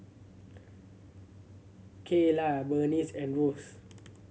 Kaylah Bernice and Ross